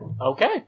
Okay